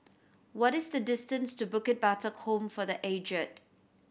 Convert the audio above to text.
what is the distance to Bukit Batok Home for The Aged